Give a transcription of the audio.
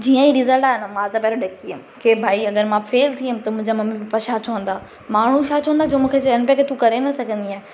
जीअं ई रिसल्ट आयो न मां त पहिरियों ॾकी वियमि की भई अगरि मां फेल थी वियमि त मुंहिंजा ममी पप्पा छा चवंदा माण्हू छा चवंदा जो मूंखे चवनि पिया की तू करे न सघंदी ऐं